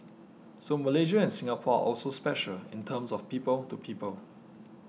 so Malaysia and Singapore are also special in terms of people to people